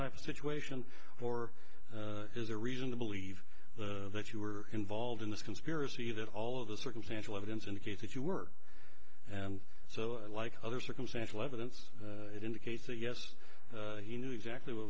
type situation or is there reason to believe that you were involved in this conspiracy that all of the circumstantial evidence indicates that you were and so like other circumstantial evidence it indicates that yes he knew exactly what